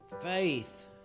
Faith